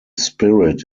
spirit